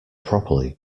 properly